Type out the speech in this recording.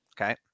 okay